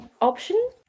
option